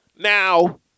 Now